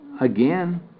again